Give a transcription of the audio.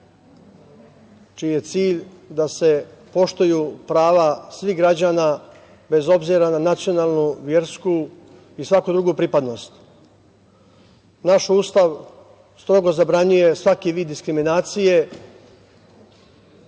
čiji je cilj da se poštuju prava svih građana, bez obzira na nacionalnu, versku i svaku drugu pripadnost. Naš Ustav strogo zabranjuje svaki vid diskriminacije